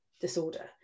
disorder